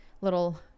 little